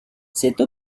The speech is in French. cette